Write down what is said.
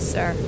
Sir